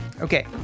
Okay